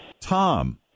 Tom